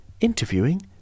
interviewing